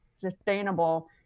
sustainable